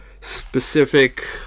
specific